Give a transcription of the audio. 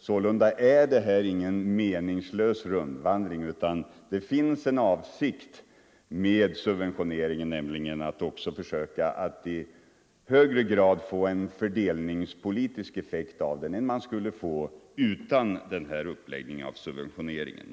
Sålunda är det inte någon meningslös rundvandring, utan det finns en avsikt med subventioneringen, nämligen att också försöka få en större fördelningspolitisk effekt än man skulle få med en annan uppläggning.